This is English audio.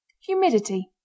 humidity